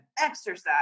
exercise